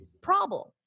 problem